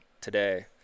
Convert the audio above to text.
today